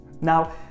Now